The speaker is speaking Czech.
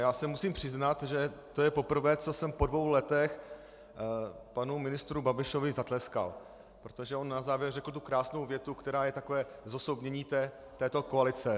Já se musím přiznat, že to je poprvé, co jsem po dvou letech panu ministru Babišovi zatleskal, protože on na závěr řekl krásnou větu, která je takové zosobnění této koalice.